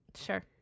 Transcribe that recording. Sure